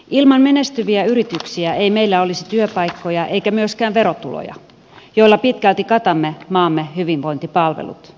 ilman menestyviä yrityksiä ei meillä olisi työpaikkoja eikä myöskään verotuloja joilla pitkälti katamme maamme hyvinvointipalvelut